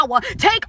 take